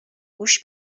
گوش